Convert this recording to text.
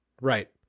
Right